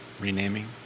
Renaming